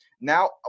now